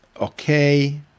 Okay